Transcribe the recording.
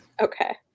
Okay